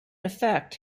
effect